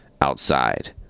Outside